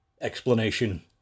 explanation